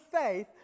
faith